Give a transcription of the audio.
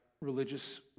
religious